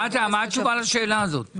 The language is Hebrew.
מה התשובה לשאלה הזאת?